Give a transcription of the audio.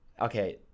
Okay